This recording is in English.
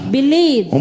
Believe